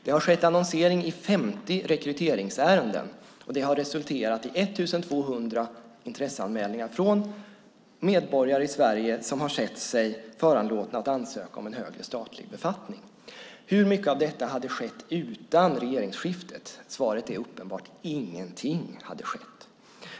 Det har skett annonsering i 50 rekryteringsärenden och det har resulterat i 1 200 intresseanmälningar från medborgare i Sverige som har sett sig föranlåtna att ansöka om en högre statlig befattning. Hur mycket av detta hade skett utan regeringsskiftet? Svaret är uppenbart: Ingenting hade skett.